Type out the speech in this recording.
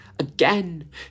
again